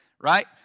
Right